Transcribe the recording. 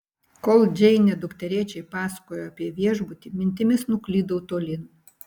kol džeinė dukterėčiai pasakojo apie viešbutį mintimis nuklydau tolyn